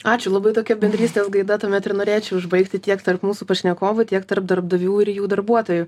ačiū labai tokia bendrystės gaida tuomet ir norėčiau užbaigti tiek tarp mūsų pašnekovų tiek tarp darbdavių ir jų darbuotojų